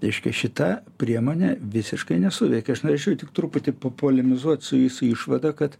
reiškia šita priemonė visiškai nesuveikė aš norėčiau tik truputį papolemizuot su išvada kad